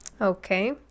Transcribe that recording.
Okay